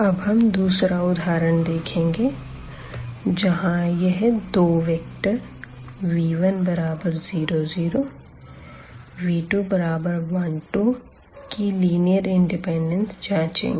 अब हम दूसरा उदाहरण देखेंगे जहां यह दो वेक्टर v100v212 की लिनीअर इंडिपेंडेंस जांचेंगे